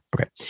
Okay